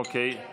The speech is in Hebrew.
אוקיי.